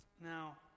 Now